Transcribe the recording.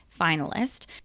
finalist